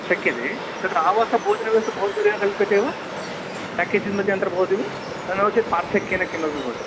शक्यते तत्र आवासभोजनव्यवस्था भवद्भिरेव कल्यते वा पेकेज् मध्ये अन्तर्भवति वा नो चेत् पार्थक्येन किमपि भवति